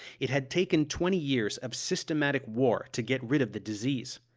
it had taken twenty years of systematic war to get rid of the disease.